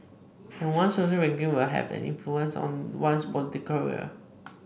and one's social ranking will have an influence on one's political career